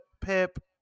Pip